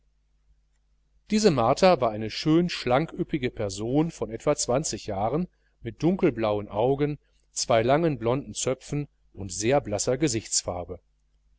diese martha war eine schöne schlank üppige person von etwa zwanzig jahren mit dunkelblauen angen zwei langen blonden zöpfen und sehr blasser gesichtsfarbe